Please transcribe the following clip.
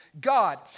God